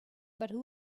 but